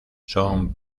son